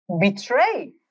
betray